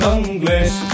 English